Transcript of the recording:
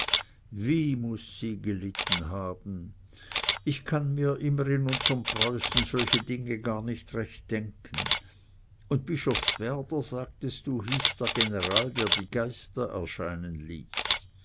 wie muß sie gelitten haben ich kann mir immer in unserem preußen solche dinge gar nicht recht denken und bischofswerder sagtest du hieß der general der die geister erscheinen ließ